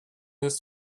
this